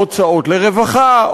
הוצאות לרווחה,